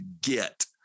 get